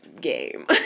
game